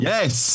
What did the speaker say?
Yes